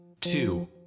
two